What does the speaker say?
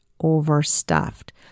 overstuffed